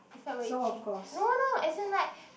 it felt very ching no no as in like